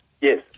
Yes